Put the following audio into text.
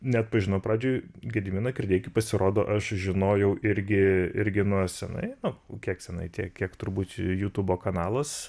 neatpažinau pradžioj gediminą kirdeikį pasirodo aš žinojau irgi irgi nuo senai nu kiek senai tiek kiek turbūt jutubo kanalas